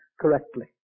correctly